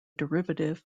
derivative